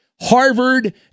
Harvard